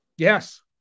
Yes